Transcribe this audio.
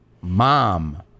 mom